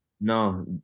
No